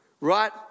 right